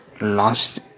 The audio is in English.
lost